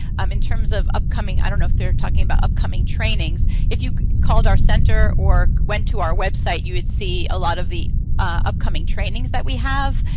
um in terms of upcoming i don't know if they're talking about upcoming trainings. if you called our center or went to our website, you would see a lot of the upcoming trainings that we have,